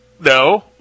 No